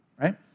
right